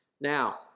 Now